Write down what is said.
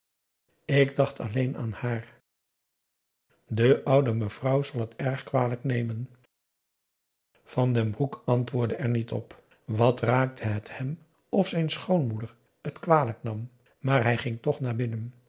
ik dacht alleen aan haar de oude mevrouw zal het erg kwalijk nemen p a daum hoe hij raad van indië werd onder ps maurits van den broek antwoordde er niet op wat raakte het hem of zijn schoonmoeder het kwalijk nam maar hij ging toch naar binnen